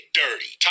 dirty